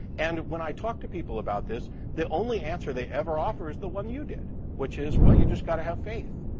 and when i talk to people about this the only answer they ever offer is the one you did. which is, you just gotta have faith.